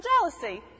jealousy